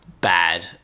bad